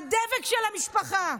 הדבק של המשפחה.